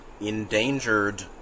endangered